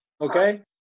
okay